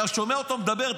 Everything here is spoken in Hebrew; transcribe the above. אתה שומע אותו מדבר,